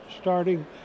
starting